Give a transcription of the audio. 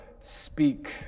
speak